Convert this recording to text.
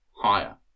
Higher